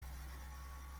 nan